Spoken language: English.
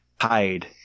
hide